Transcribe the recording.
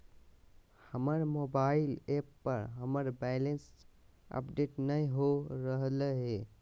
हमर mobile app पर हमर बैलेंस अपडेट नय हो रहलय हें